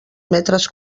metres